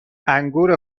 انگور